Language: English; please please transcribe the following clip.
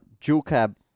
dual-cab